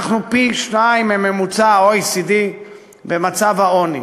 אנחנו פי-שניים מממוצע ה-OECD במצב העוני.